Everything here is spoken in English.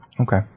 Okay